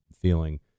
feeling